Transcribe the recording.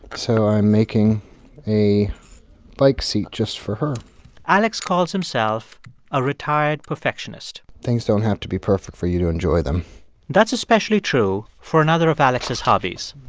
so i'm making a bike seat just for her alex calls himself a retired perfectionist things don't have to be perfect for you to enjoy them that's especially true for another of alex's hobbies